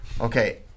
Okay